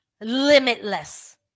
limitless